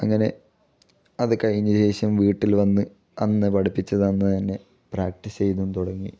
അങ്ങനെ അത് കഴിഞ്ഞ ശേഷം വീട്ടിൽ വന്ന് അന്ന് പഠിപ്പിച്ചത് അന്ന് തന്നെ പ്രാക്ടീസ് ചെയ്തും തുടങ്ങി